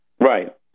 Right